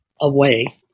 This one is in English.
away